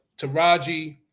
Taraji